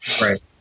right